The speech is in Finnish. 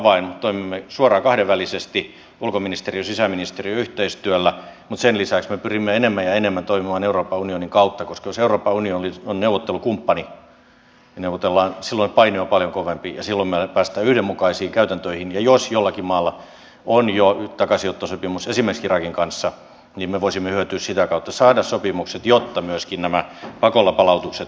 toimimme suoraan kahdenvälisesti ulkoministeriösisäministeriö yhteistyöllä mutta sen lisäksi me pyrimme enemmän ja enemmän toimimaan euroopan unionin kautta koska jos euroopan unioni on neuvottelukumppani ja neuvotellaan silloin paine on paljon kovempi ja silloin me pääsemme yhdenmukaisiin käytäntöihin ja jos jollakin maalla on jo takaisinottosopimus esimerkiksi irakin kanssa niin me voisimme hyötyä sitä kautta saada sopimukset jotta myöskin nämä pakolla palautukset onnistuisivat